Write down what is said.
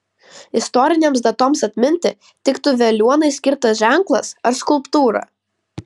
istorinėms datoms atminti tiktų veliuonai skirtas ženklas ar skulptūra